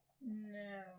No